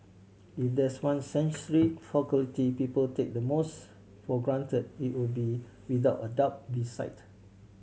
if there's one sensory faculty people take the most for granted it would be without a doubt be sight